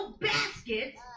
baskets